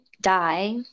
die